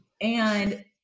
And-